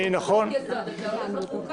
זה חוק יסוד אז זה הולך לחוקה.